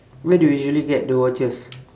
where do you usually get the watches